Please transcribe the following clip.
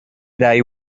they